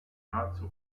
nahezu